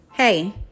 Hey